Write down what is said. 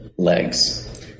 Legs